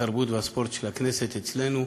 התרבות והספורט של הכנסת, אצלנו.